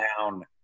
down